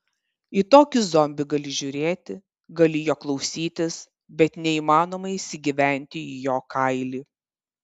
į tokį zombį gali žiūrėti gali jo klausytis bet neįmanoma įsigyventi į jo kailį